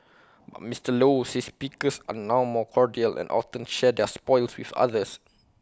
but Mister low says pickers are now more cordial and often share their spoils with others